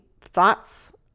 thoughts